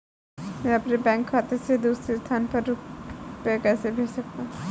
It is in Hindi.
मैं अपने बैंक खाते से दूसरे स्थान पर रुपए कैसे भेज सकता हूँ?